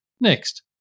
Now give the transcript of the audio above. Next